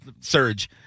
surge